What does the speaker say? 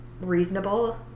reasonable